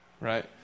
Right